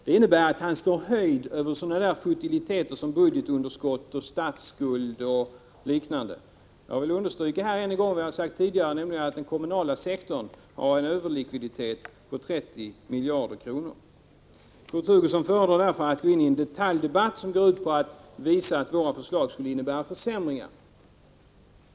Det innebär att han står höjd över sådana futiliteter som budgetunderskott, statsskuld och liknande. Jag vill än en gång understryka vad jag har sagt tidigare, nämligen att den kommunala sektorn har en överlikviditet på 30 miljarder kronor. Kurt Hugosson föredrar därför att gå in i en detaljdebatt, som går ut på att visa att våra förslag skulle innebära försämringar.